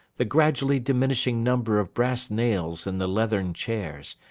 the gradually diminishing number of brass nails in the leathern chairs,